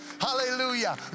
Hallelujah